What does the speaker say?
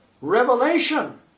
Revelation